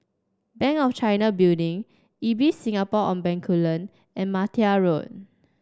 Bank of China Building Ibis Singapore on Bencoolen and Martia Road